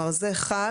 זה חל